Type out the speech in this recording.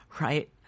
right